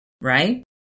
right